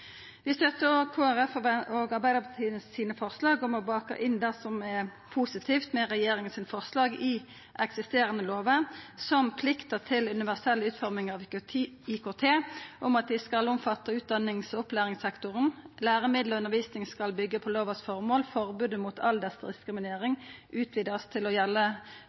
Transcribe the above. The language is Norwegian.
Vi støttar forslaga frå Kristeleg Folkeparti og Arbeidarpartiet om å baka inn det som er positivt med regjeringa sine forslag, i eksisterande lover – som plikta til universell utforming av IKT, om at dei skal omfatta utdannings- og opplæringssektoren, at læremiddel og undervisning skal byggja på føremålet med lova, at forbodet mot aldersdiskriminering skal utvidast til å